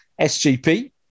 SGP